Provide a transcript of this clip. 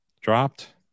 dropped